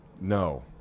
No